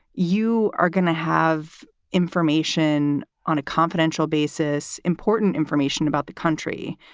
you are going to have information on a confidential basis, important information about the country.